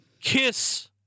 kiss